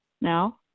now